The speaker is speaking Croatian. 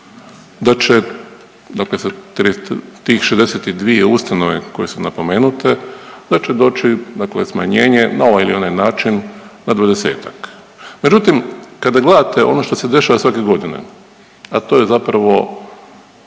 da će … tih 62 ustanove koje su napomenute da će doći smanjenje na ovaj ili onaj način na 20-ak. Međutim, kada gledate ono što se dešava svake godine, a to je zapravo